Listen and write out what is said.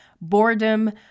boredom